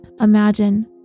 imagine